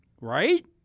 Right